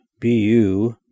BU